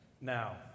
Now